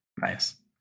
Nice